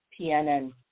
PNN